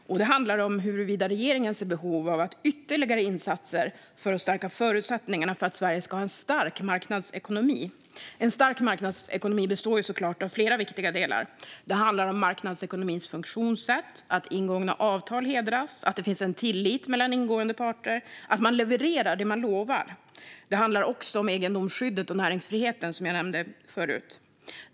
Det handlar om huruvida regeringen ser behov av ytterligare insatser för att stärka förutsättningarna för att Sverige ska ha en stark marknadsekonomi. En stark marknadsekonomi består såklart av flera viktiga delar. Det handlar om marknadsekonomins funktionssätt: att ingångna avtal "hedras", att det finns en tillit mellan ingående parter och att man levererar det man lovar. Det handlar också om egendomsskyddet och näringsfriheten, som jag nämnde förut.